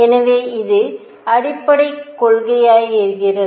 எனவே இது அடிப்படைக் கொள்கையாகிறது